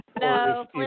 No